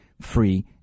free